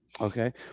Okay